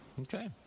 okay